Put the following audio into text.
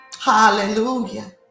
Hallelujah